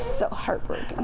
so heartbreaking. and